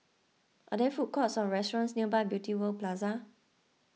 are there food courts or restaurants near Beauty World Plaza